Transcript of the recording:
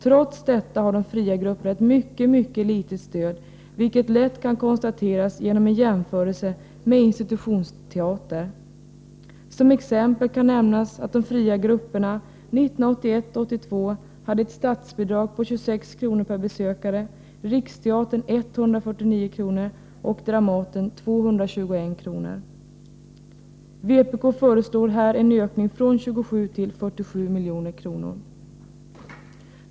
Trots detta har de ett mycket litet stöd, vilket lätt kan konstateras vid en jämförelse med institutionsteatrarna. Som exempel kan nämnas att de fria grupperna 1981/82 hade ett statsbidrag på 26 kr. per besökare, medan Riksteatern hade 149 kr. och Dramaten 221 kr. Vpk föreslår här en ökning från 27 till 47 milj.kr.